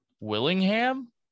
Willingham